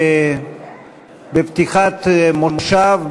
בפתיחת מושב,